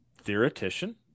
theoretician